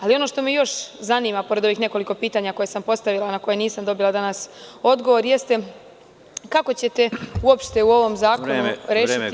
Ali, ono što me još zanima, pored ovih nekoliko pitanja koje sam postavila, na koje nisam dobila danas odgovor, jeste kako ćete uopšte u ovom zakonu rešiti…